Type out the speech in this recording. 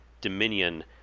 Dominion